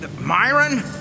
Myron